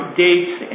dates